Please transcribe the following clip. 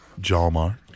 Jalmar